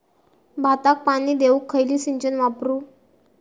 भाताक पाणी देऊक खयली सिंचन वापरू?